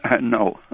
No